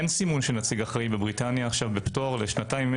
אין סימון של נציג אחראי בבריטניה בפטור לשנתיים.